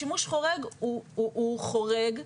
שימוש חורג הוא חורג.